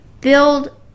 Build